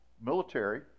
military